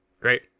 great